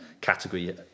category